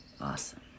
Awesome